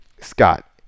Scott